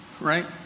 right